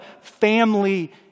family